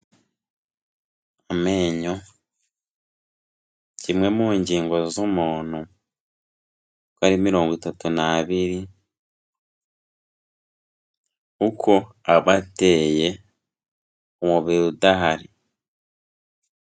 Amenyo kimwe mu ngingo z'umuntu uko ari mirongo itatu n'abiri, uko aba ateye umubiri udahari.